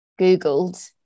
Googled